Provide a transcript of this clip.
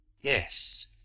yes